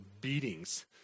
beatings